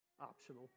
optional